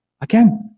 Again